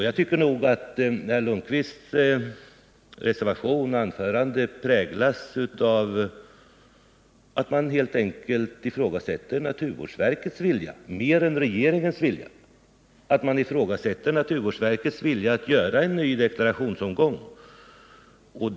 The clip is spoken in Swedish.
Jag tycker att den reservation som herr Lundkvist varit med om att avge och även hans anförande präglas av att han helt enkelt ifrågasätter naturvårdsverkets vilja mer än regeringens vilja; han ifrågasätter helt enkelt naturvårdsverkets vilja att genomföra en ny deklarationsomgång.